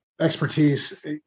expertise